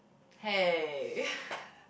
hey